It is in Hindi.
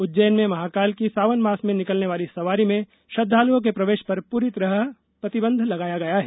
उज्जैन में महाकाल की सावन मास में निकलने वाली सवारी में श्रद्धालुओं के प्रवेश पर पूरी तरह प्रतिबंध लगाया गया है